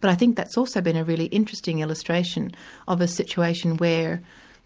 but i think that's also been a really interesting illustration of a situation where